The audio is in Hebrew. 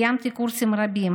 סיימתי קורסים רבים,